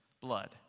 blood